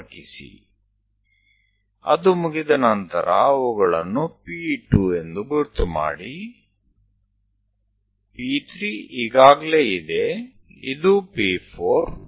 એકવાર તે થઈ જાય છે ત્યારબાદ તેમને P 2 P 3 કે જે પહેલેથી જ ત્યાં છે તેમ નામ આપો